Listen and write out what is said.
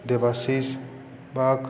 Debashish Bag